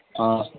हाँ